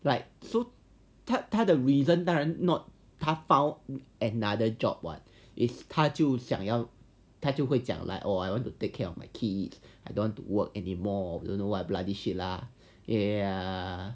like so 他他的 reason 当然 not 他 found another job what is 他就想要就会讲 like oh I want to take care of my kids I don't want to work anymore don't know what bloody shit lah ya